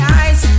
eyes